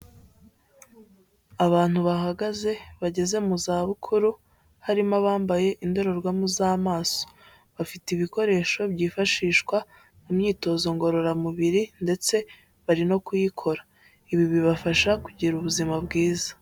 Abantu bahagaze bageze mu zabukuru, harimo abambaye indorerwamo z'amaso, bafite ibikoresho byifashishwa mu myitozo ngororamubiri ndetse bari no kuyikora, ibi bibafasha kugira ubuzima bwiza.